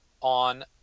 on